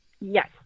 Yes